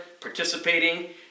participating